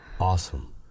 Awesome